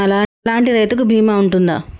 నా లాంటి రైతు కి బీమా ఉంటుందా?